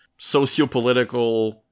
sociopolitical